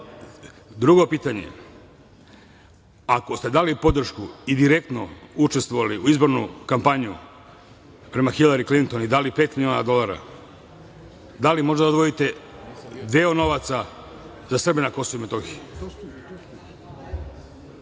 pitanje – ako ste dali podršku i direktno učestvovali u izbornoj kampanji prema Hilari Klinton i dali pet miliona dolara, da li možete da odvojite deo novaca za Srbe na Kosovu i Metohiji?